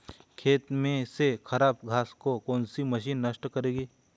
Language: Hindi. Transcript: खेत में से खराब घास को कौन सी मशीन नष्ट करेगी?